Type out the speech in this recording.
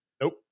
Nope